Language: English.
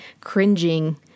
cringing